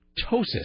Tosis